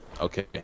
Okay